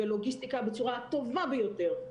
בלוגיסטיקה בצורה הטובה ביותר.